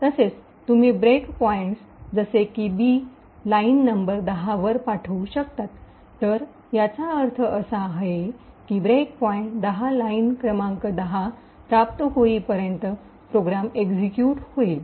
तसेच तुम्ही break points जसे की बी लाईन नंबर १० वर पाठवू शकता तर याचा अर्थ असा आहे की ब्रेक पॉइंट १० लाइन क्रमांक १० प्राप्त होईपर्यंत प्रोग्राम एक्सिक्यूट होईल